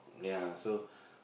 ya so